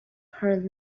heard